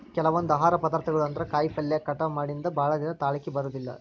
ಕೆಲವೊಂದ ಆಹಾರ ಪದಾರ್ಥಗಳು ಅಂದ್ರ ಕಾಯಿಪಲ್ಲೆ ಕಟಾವ ಮಾಡಿಂದ ಭಾಳದಿನಾ ತಾಳಕಿ ಬರುದಿಲ್ಲಾ